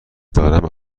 دارم